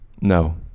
No